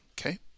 okay